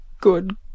good